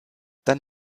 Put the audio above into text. dann